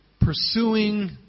pursuing